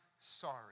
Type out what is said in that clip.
sorry